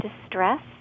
distress